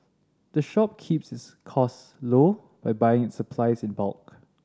the shop keeps its costs low by buying its supplies in bulk